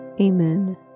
Amen